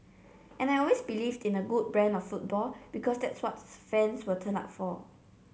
and I always believed in a good brand of football because that's what fans will turn up for